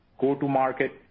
go-to-market